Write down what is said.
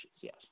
Yes